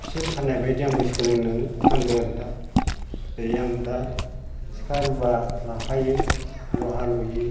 बिसोर फाननायबायदि आंबो सोलोंनानै फानदों आरो दा जेरै आं दा सिखा रुवा लाफायो लहा लहि